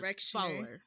follower